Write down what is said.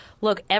look